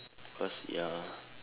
cause ya